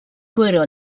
greater